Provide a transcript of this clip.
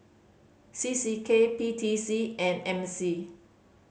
C C K P T C and M C